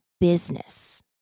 business